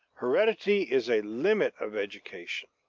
heredity is a limit of education.